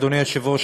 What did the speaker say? אדוני היושב-ראש,